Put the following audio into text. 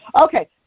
Okay